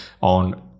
on